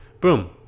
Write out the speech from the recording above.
boom